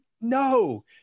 No